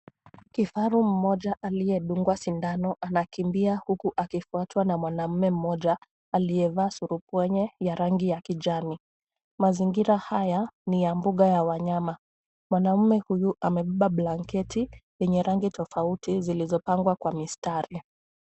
Kifaru mmoja aliyedungwa sindano anakimbia, huku akifuatwa na mwanamume mmoja aliyevaa surubwenye ya rangi ya kijani. Mazingira haya ni ya mbuga ya wanyama. Mwanamume huyu amebeba blanketi yenye rangi tofauti zilizopangwa kwa mistari.